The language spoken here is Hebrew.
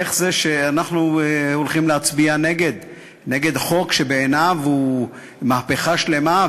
איך זה שאנחנו הולכים להצביע נגד; נגד חוק שבעיניו הוא מהפכה שלמה,